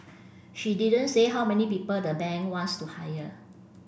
she didn't say how many people the bank wants to hire